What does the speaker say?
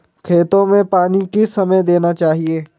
खेतों में पानी किस समय देना चाहिए?